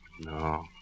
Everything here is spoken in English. No